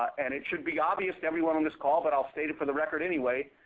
and it should be obvious to everyone on this call, but i'll state it for the record anyway